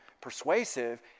persuasive